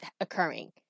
occurring